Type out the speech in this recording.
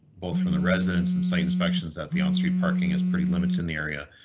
both from the residents and site inspections at the on street parking is pretty limited in the area,